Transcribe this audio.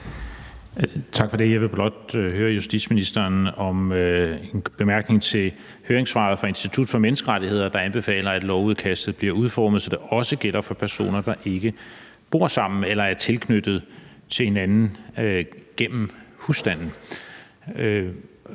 Tak for det. Jeg vil blot høre justitsministeren om en bemærkning i høringssvaret fra Institut for Menneskerettigheder, der anbefaler, at lovudkastet bliver udformet, så det også gælder for personer, der ikke bor sammen eller er tilknyttet hinanden gennem husstanden.